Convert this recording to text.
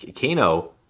Kano